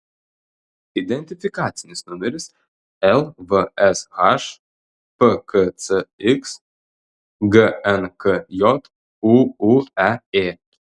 identifikacinis numeris lvsh pkcx gnkj ūūeė